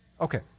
Okay